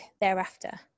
thereafter